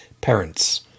parents